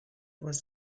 was